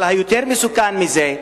אבל יותר מסוכן מזה,